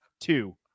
Two